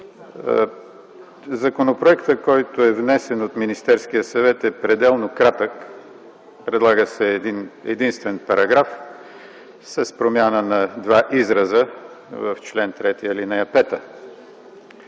Законопроектът, който е внесен от Министерския съвет, е пределно кратък. Предлага се един-единствен параграф с промяна на два израза в чл. 3, ал. 5.